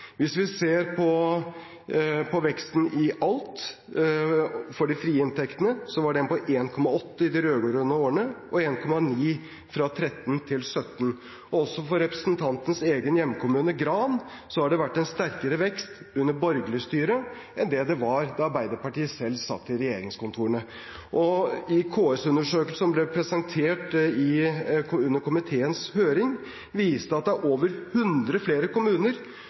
Hvis vi ser på veksten i alt for de frie inntektene, var den på 1,8 pst. i de rød-grønne årene og på 1,9 pst. fra 2013 til 2017. Også for representantens egen hjemkommune, Gran, har det vært en sterkere vekst under borgerlig styre enn det var da Arbeiderpartiet selv satt i regjeringskontorene. En KS-undersøkelse som ble presentert under komiteens høring, viste at det er over 100 flere kommuner